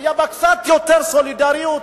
היתה בה קצת יותר סולידריות,